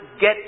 Get